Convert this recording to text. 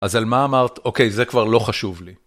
אז על מה אמרת? אוקיי, זה כבר לא חשוב לי.